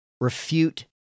refute